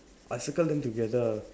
I circle them together